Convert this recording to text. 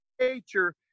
nature